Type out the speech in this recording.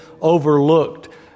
overlooked